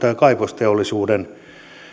kaivosteollisuuden